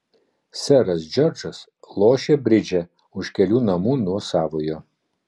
seras džordžas lošė bridžą už kelių namų nuo savojo